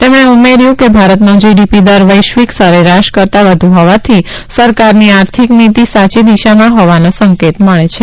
તેમણે ઉમેર્યું હતું કે ભારતનો જીડીપી દર વૈશ્વિક સરેરાશ કરતાં વધુ હોવાથી સરકારની આર્થિક નીતિ સાચી દિશામાં હોવાનો સંકેત મળે છે